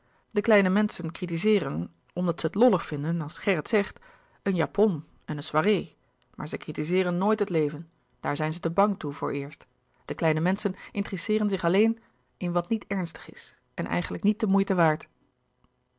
de kleine menschen kritizeeren omdat ze het lollig vinden als gerrit zegt een japon en een soirêe maar ze kritizeeren nooit het leven daar zijn ze te bang toe vooreerst de kleine menschen interesseeren zich alleen in wat niet ernstig is en eigenlijk niet de moeite waard